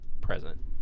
present